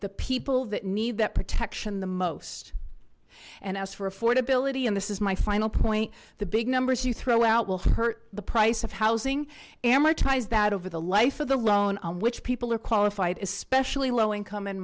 the people that need that protection the most and as for affordability and this is my final point the big numbers you throw out will hurt the price of housing amortize that over the life of the loan on which people are qualified especially low income and